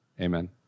Amen